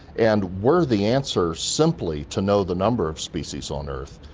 and were the answers simply to know the number of species on earth,